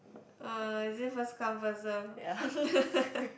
uh is it first come first serve